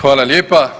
Hvala lijepa.